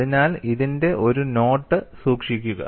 അതിനാൽ ഇതിന്റെ ഒരു നോട്ട് സൂക്ഷിക്കുക